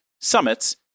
summits